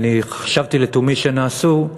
חשבתי לתומי שנעשו,